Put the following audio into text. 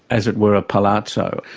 as it were, a palazzo,